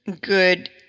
good